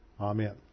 Amen